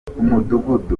umudugudu